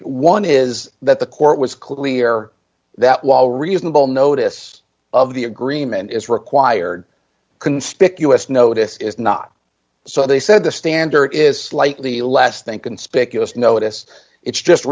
one is that the court was clear that while reasonable notice of the agreement is required conspicuous notice is not so they said the standard is slightly less than conspicuous notice it's just